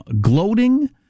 gloating